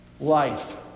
life